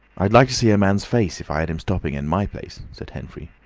i'd like to see a man's face if i had him stopping in my place, said henfrey.